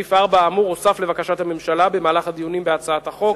סעיף 4 האמור הוסף לבקשת הממשלה במהלך הדיונים בהצעת החוק,